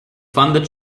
funded